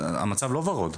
המצב לא ורוד.